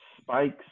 spikes